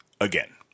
again